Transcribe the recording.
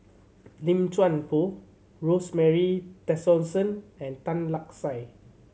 Lim Chuan Poh Rosemary Tessensohn and Tan Lark Sye